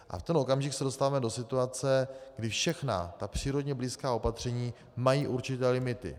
V tenhle okamžik se dostáváme do situace, kdy všechna ta přírodě blízká opatření mají určité limity.